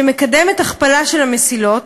שמקדמת הכפלה של המסילות